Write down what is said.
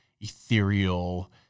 ethereal